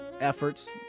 efforts